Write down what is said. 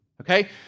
okay